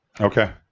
Okay